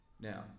Now